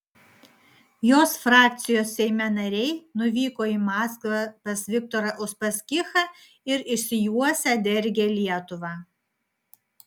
jos frakcijos seime nariai nuvyko į maskvą pas viktorą uspaskichą ir išsijuosę dergė lietuvą